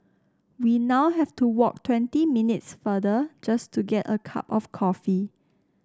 we now have to walk twenty minutes farther just to get a cup of coffee